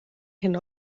hyn